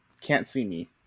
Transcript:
can't-see-me